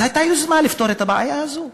אז הייתה יוזמה לפתור את הבעיה הזאת.